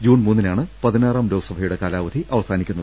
June മൂന്നിനാണ് പതിനാറാം ലോക്സഭയുടെ കാലാവധി അവസാനിക്കുന്നത്